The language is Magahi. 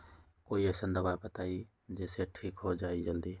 कोई अईसन दवाई बताई जे से ठीक हो जई जल्दी?